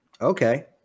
okay